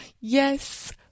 Yes